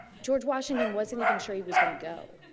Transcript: george washington wasn't even sure he was going to go.